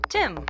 Tim